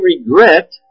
regret